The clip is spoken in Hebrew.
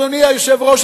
אדוני היושב-ראש,